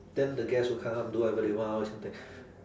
then the guest who do whatever they want all this kind of thing